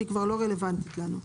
שהיא כבר לא רלוונטית לנו.